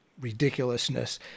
ridiculousness